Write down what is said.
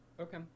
Okay